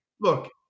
look